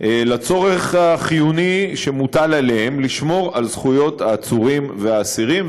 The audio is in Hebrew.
לצורך החיוני שמוטל עליהם לשמור על זכויות העצורים והאסירים.